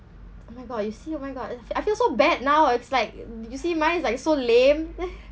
oh my god you see oh my god I feel so bad now it's like did you s~ mine is like so lame